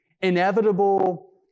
Inevitable